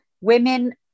women